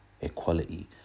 equality